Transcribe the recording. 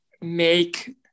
make